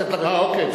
שבי דברי.